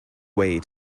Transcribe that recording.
way